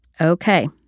Okay